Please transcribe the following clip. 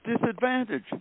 disadvantage